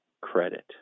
credit